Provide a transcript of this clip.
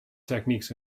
techniques